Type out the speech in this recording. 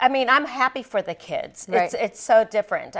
i mean i'm happy for the kids there it's so different i